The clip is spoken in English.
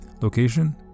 Location